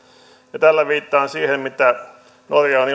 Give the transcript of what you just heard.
ja tällä viittaan siihen miten norja on